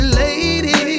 lady